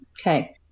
Okay